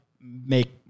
make